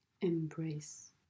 embrace